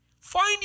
Find